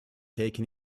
taken